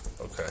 Okay